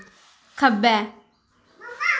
खब्बै